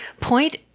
point